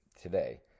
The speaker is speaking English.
today